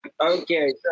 Okay